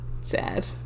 sad